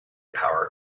power